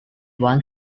want